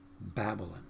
Babylon